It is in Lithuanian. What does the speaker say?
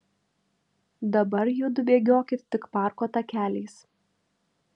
dabar judu bėgiokit tik parko takeliais